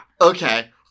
Okay